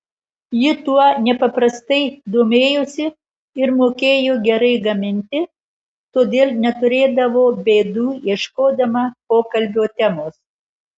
ji tuo nepaprastai domėjosi ir mokėjo gerai gaminti todėl neturėdavo bėdų ieškodama pokalbio temos